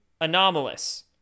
anomalous